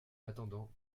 attendant